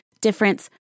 difference